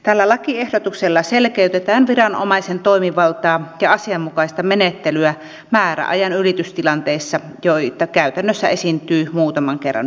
tällä lakiehdotuksella selkeytetään viranomaisen toimivaltaa ja asianmukaista menettelyä määräajan ylitystilanteissa joita käytännössä esiintyy muutaman kerran vuodessa